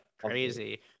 crazy